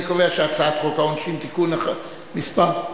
אני קובע שהצעת חוק העונשין (תיקון מס' 111),